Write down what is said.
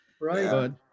Right